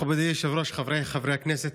מכובדי היושב-ראש, חבריי חברי הכנסת,